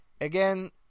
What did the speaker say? Again